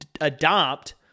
adopt